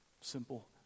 simple